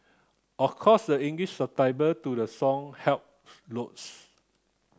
of course the English to the song helped loads